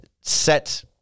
set